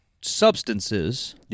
substances